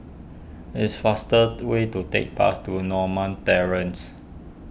it's faster way to take the bus to Norma Terrace